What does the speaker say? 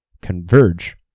converge